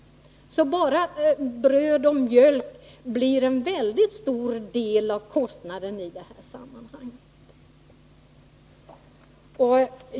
Bara bröd och mjölk ger en väldigt stor del av matkostnaden.